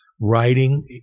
Writing